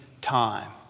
time